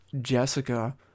jessica